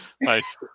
Nice